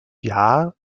jahr